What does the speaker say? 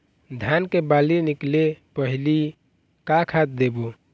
धान के बाली निकले पहली का खाद देबो?